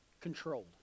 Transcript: controlled